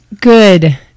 Good